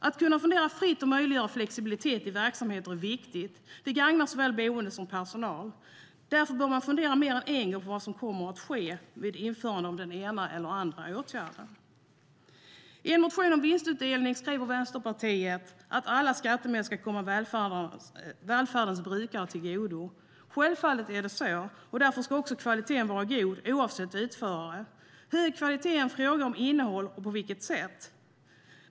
Att kunna fundera fritt och möjliggöra flexibilitet i verksamheter är viktigt. Det gagnar såväl boende som personal. Därför bör man fundera mer än en gång på vad som kommer att ske vid införandet av den ena eller den andra åtgärden. I en motion om vinstutdelning skriver Vänsterpartiet att alla skattemedel ska komma välfärdens brukare till godo. Självfallet är det så, och därför ska också kvaliteten vara god oavsett utförare. Hög kvalitet är en fråga om innehåll och på vilket sätt saker görs.